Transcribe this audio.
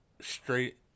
straight